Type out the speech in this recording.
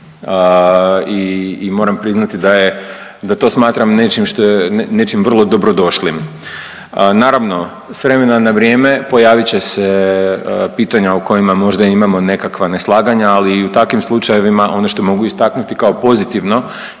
i moram priznati da je, da to smatram nečim vrlo dobro došlim. Naravno s vremena na vrijeme pojavit će se pitanja o kojima možda imamo nekakva neslaganja, ali i u takvim slučajevima ono što mogu istaknuti kao pozitivno